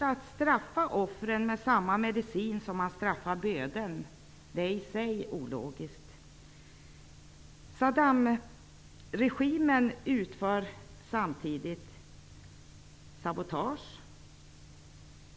Att straffa offren med samma medicin som man straffar bödeln med är i sig ologiskt. Saddamregimen utför samtidigt sabotage.